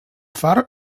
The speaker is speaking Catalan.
far